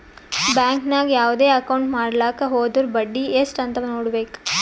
bank ನಾಗ್ ಯಾವ್ದೇ account ಮಾಡ್ಲಾಕ ಹೊದುರ್ ಬಡ್ಡಿ ಎಸ್ಟ್ ಅಂತ್ ನೊಡ್ಬೇಕ